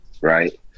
right